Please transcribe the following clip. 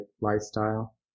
lifestyle